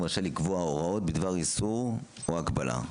רשאי לקבוע הוראות בדבר איסור או הגבלה.